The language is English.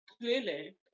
Clearly